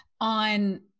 on